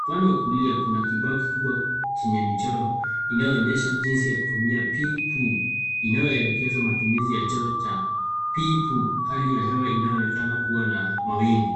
Upande wa kulia, kuna kibao kikubwa chenye michoro, inayoonyesha jinsi ya kutumia pee poo , inayoelekeza matumizi ya choo cha pee poo . Hali ya hewa inaonekana kuwa na mawingu.